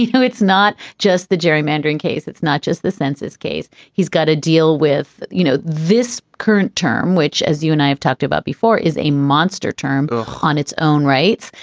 you know, it's not just the gerrymandering case. it's not just the census case. he's got to deal with. you know, this current term, which as you and i have talked about before, is a monster term on its own. right.